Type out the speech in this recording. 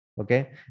Okay